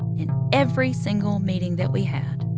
in every single meeting that we had,